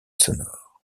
sonore